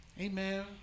Amen